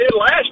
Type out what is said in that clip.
last